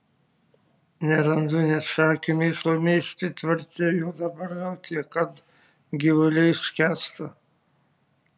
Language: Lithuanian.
nerandu net šakių mėšlui mėžti tvarte jo dabar gal tiek kad gyvuliai skęsta